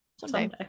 someday